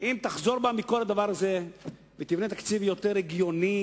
אם תחזור בה מכל הדבר הזה ותבנה תקציב יותר הגיוני,